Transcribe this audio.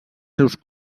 seus